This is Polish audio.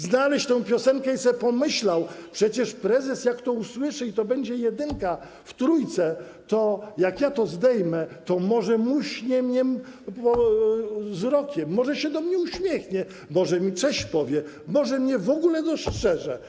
Znalazł tę piosenkę i sobie pomyślał: przecież prezes, jak to usłyszy, kiedy to będzie jedynka w Trójce, i jak ja to zdejmę, to może muśnie mnie wzrokiem, może się do mnie uśmiechnie, może mi powie „cześć”, może mnie w ogóle dostrzeże.